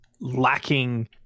lacking